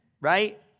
right